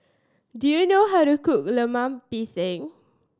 do you know how to cook Lemper Pisang